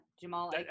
Jamal